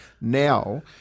now